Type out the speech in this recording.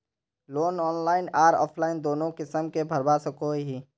Loan online आर offline दोनों किसम के भरवा सकोहो ही?